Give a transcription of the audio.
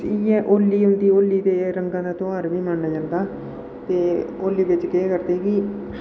इ'यां होली जंदी होली गी रंगें दा ध्यार बी मनाया जंदा ते होली बिच केह् करदे कि